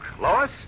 Lois